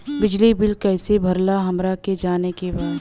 बिजली बिल कईसे भराला हमरा के जाने के बा?